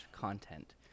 content